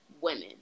women